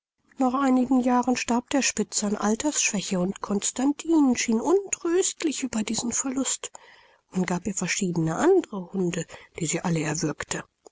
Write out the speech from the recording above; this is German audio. nach einigen jahren starb der spitz an altersschwäche und constantine schien untröstlich über diesen verlust man gab ihr verschiedene andere hunde die sie alle erwürgte